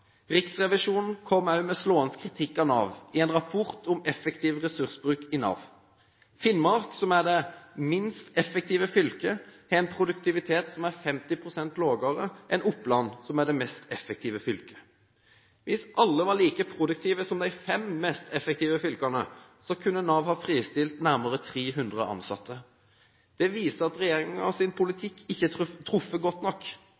Riksrevisjonen kom også med slående kritikk av Nav i en rapport om effektiv ressursbruk i Nav. Finnmark, som er det minst effektive fylket, har en produktivitet som er 50 pst. lavere enn Oppland, som er det mest effektive fylket. Hvis alle var like produktive som de fem mest effektive fylkene, kunne Nav ha fristilt nærmere 300 ansatte. Det viser at regjeringens politikk ikke har truffet godt nok.